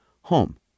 home